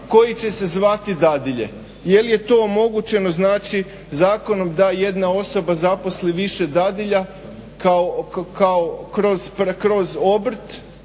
koji će se zvati dadilje jel je to omogućeno znači zakonom da jedna osoba zaposli više dadilja kroz obrt